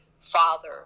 father